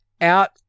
out